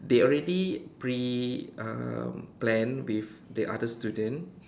they already pre um planned with the other student